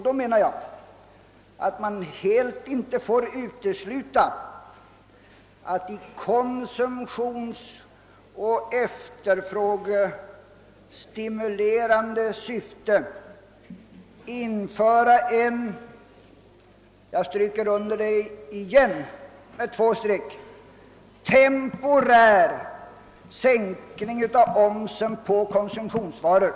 Då menar jag att man utöver vad jag nyss har föreslagit inte helt får utesluta att i konsumtionsoch efterfrågestimulerande syfte införa en — jag stryker under det igen, med två streck — temporär sänkning av omsen på konsumtionsvaror.